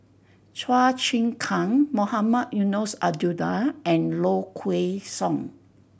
Chua Chim Kang Mohamed Eunos Abdullah and Low Kway Song